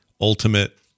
ultimate